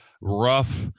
rough